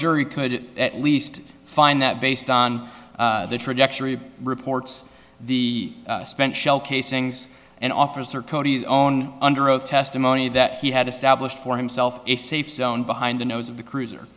jury could at least find that based on the trajectory of reports the spent shell casings and officer cody's own underoath testimony that he had established for himself a safe zone behind the nose of the cruiser